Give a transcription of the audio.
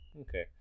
Okay